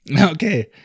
Okay